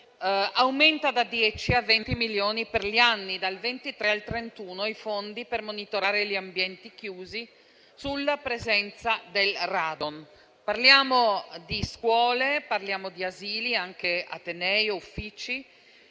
aumenta da 10 a 20 milioni, per gli anni dal 2023 al 2031, i fondi per monitorare gli ambienti chiusi sulla presenza del radon. Parliamo di scuole, di asili e anche di atenei e uffici.